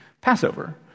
Passover